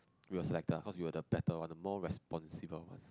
we were selected ah cause we're the better one more responsible one